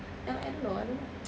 um I don't know I mean